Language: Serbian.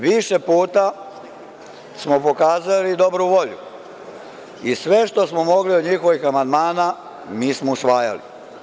Više puta smo pokazali dobru volju i sve što smo mogli od njihovih amandmana mi smo usvajali.